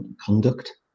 conduct